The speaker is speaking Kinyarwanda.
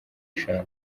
eshanu